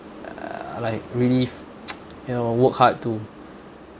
uh like really f~ you know work hard to